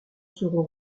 seront